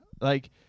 Like-